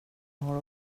har